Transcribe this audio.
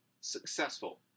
successful